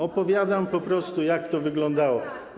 Opowiadam po prostu, jak to wyglądało.